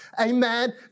amen